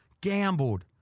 gambled